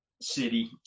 city